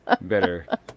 better